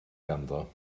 ganddo